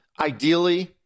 Ideally